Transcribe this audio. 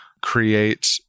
create